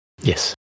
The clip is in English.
Yes